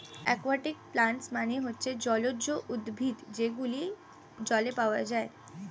একুয়াটিকে প্লান্টস মানে হচ্ছে জলজ উদ্ভিদ যেগুলো জলে পাওয়া যায়